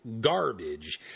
garbage